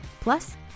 Plus